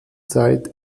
zeit